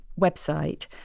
website